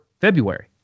February